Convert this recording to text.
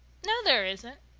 no, there isn't.